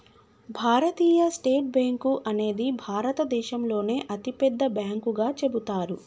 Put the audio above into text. భారతీయ state bank అనేది భారతదేశంలోనే అతిపెద్ద బ్యాంకుగా చెబుతారు